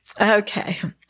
Okay